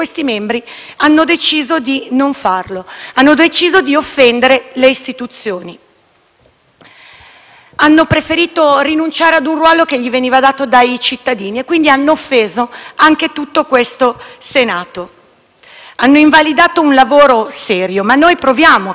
Hanno preferito rinunciare a un ruolo che gli veniva dato dai cittadini e, quindi, hanno offeso anche il Senato; hanno invalidato un lavoro serio, ma noi proviamo a continuare a essere persone serie e vogliamo provare a spiegare invece il perché delle nostre motivazioni.